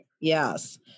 Yes